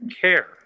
care